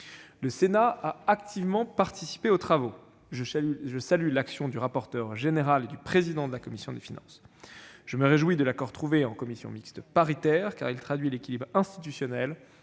Le Sénat a activement participé à ces travaux. Je salue à cet égard l'action du rapporteur général et du président de la commission des finances. Je me réjouis de l'accord conclu en commission mixte paritaire, car il traduit l'équilibre institutionnel